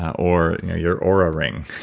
or your your aura ring